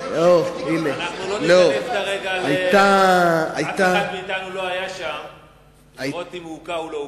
אנחנו לא ניכנס כרגע לעניין אם הוא הוכה או לא הוכה,